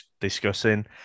discussing